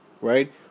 right